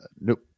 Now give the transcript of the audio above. Nope